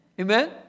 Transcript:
Amen